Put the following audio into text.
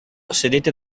sedette